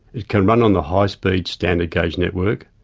it can run on the high speed, standard gauge network,